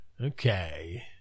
Okay